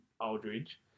Aldridge